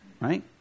right